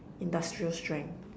industrial strength